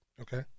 Okay